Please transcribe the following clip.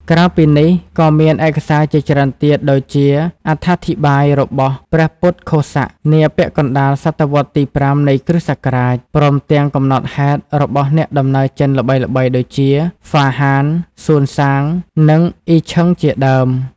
ក្រៅពីនេះ ក៏មានឯកសារជាច្រើនទៀតដូចជាអត្ថាធិប្បាយរបស់ ព្រះពុទ្ធឃោសៈ នាពាក់កណ្តាលសតវត្សរ៍ទី ៥ នៃគ.ស. ព្រមទាំងកំណត់ហេតុរបស់អ្នកដំណើរចិនល្បីៗដូចជា ហ្វាហាន សួនសាង និង អ៊ីឈឹង ជាដើម។